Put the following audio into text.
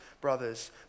brothers